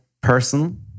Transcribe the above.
person